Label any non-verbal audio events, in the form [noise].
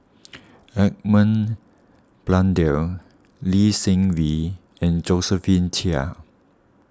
[noise] Edmund Blundell Lee Seng Wee and Josephine Chia